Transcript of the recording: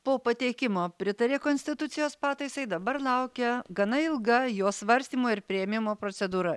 po pateikimo pritarė konstitucijos pataisai dabar laukia gana ilga jo svarstymo ir priėmimo procedūra